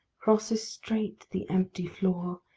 crosses straight the empty floor,